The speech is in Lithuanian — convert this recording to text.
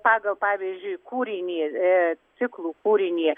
pagal pavyzdžiui kūrinį ee ciklų kūrinį